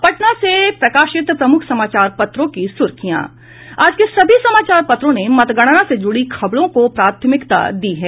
अब पटना से प्रकाशित प्रमुख समाचार पत्रों की सुर्खियां आज के सभी समाचार पत्रों ने मतगणना से जुड़ी खबरों को प्रमुखता से प्रकाशित किया है